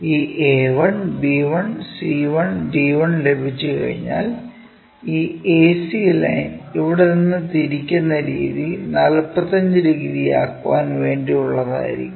ഈ a1 b1 c1 d1 ലഭിച്ചുകഴിഞ്ഞാൽ ഈ ac ലൈൻ ഇവിടെ നിന്ന് തിരിക്കുന്ന രീതി 45 ഡിഗ്രി ആക്കാൻ വേണ്ടി ഉള്ളതായിരിക്കും